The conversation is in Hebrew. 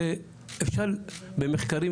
הרי אפשר במחקרים,